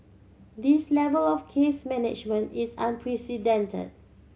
this level of case management is unprecedented